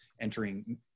entering